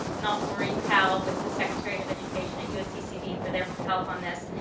and also marie powell with the secretary of education at usccb for their help on this.